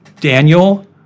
Daniel